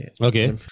Okay